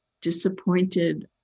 disappointed